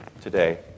today